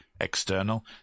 external